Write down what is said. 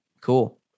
cool